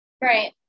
Right